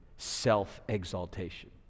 self-exaltation